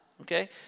Okay